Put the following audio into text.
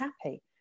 happy